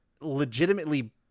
legitimately